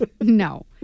no